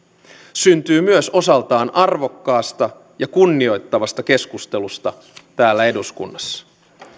syntyy myös osaltaan arvokkaasta ja kunnioittavasta keskustelusta täällä eduskunnassa